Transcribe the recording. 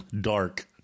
Dark